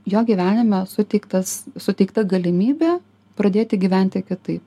jo gyvenime suteiktas suteikta galimybė pradėti gyventi kitaip